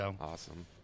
Awesome